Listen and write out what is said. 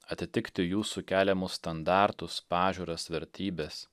atitikti jūsų keliamus standartus pažiūras vertybes